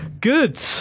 good